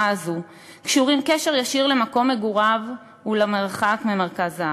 הזאת קשורים קשר ישיר למקום מגוריהם ולמרחק ממרכז הארץ.